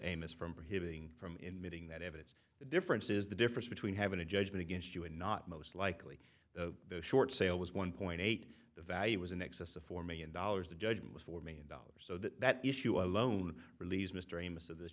amos from prohibiting from emitting that evidence the difference is the difference between having a judgment against you and not most likely the short sale was one point eight the value was in excess of four million dollars the judgment was four million dollars so that issue alone relieves mr amos of th